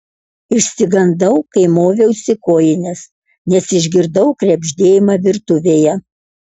išsigandau kai moviausi kojines nes išgirdau krebždėjimą virtuvėje